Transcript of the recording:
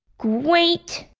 great!